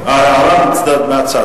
הערה מהצד,